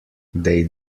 they